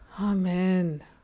Amen